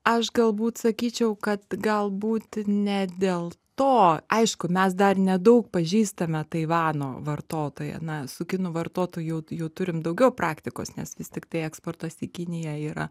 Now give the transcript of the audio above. aš galbūt sakyčiau kad galbūt ne dėl to aišku mes dar nedaug pažįstame taivano vartotoją na su kinų vartotoju jau jau turim daugiau praktikos nes vis tiktai eksportas į kiniją yra